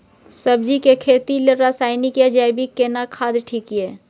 सब्जी के खेती लेल रसायनिक या जैविक केना खाद ठीक ये?